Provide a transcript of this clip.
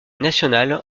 nationale